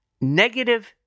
negative